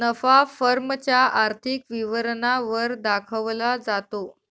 नफा फर्म च्या आर्थिक विवरणा वर दाखवला जातो